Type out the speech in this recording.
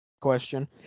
question